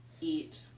eat